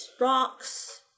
rocks